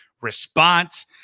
response